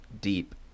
deep